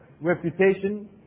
reputation